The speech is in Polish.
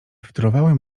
wtórowały